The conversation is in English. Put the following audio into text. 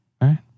right